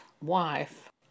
wife